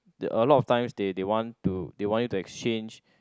the a lot of times they they want to they want you to exchange